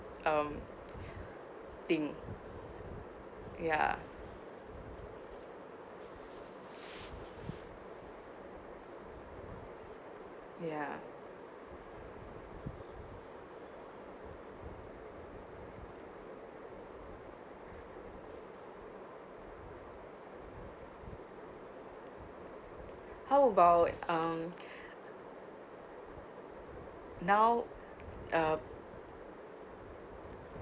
um thing ya ya how about um now uh